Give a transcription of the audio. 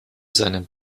seinen